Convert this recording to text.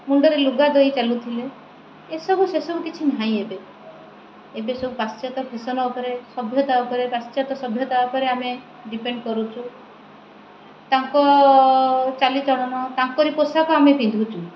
ମୁଣ୍ଡରେ ଲୁଗା ଦେଇ ଚାଲୁଥିଲେ ଏସବୁ ସେସବୁ କିଛି ନାହିଁ ଏବେ ଏବେ ସବୁ ପାଶ୍ଚାତ୍ୟ ଫେସନ୍ ଉପରେ ସଭ୍ୟତା ଉପରେ ପାଶ୍ଚାତ୍ୟ ସଭ୍ୟତା ଉପରେ ଆମେ ଡିପେଣ୍ଡ କରୁଛୁ ତାଙ୍କ ଚାଲିଚଳନ ତାଙ୍କରି ପୋଷାକ ଆମେ ପିନ୍ଧୁଛୁ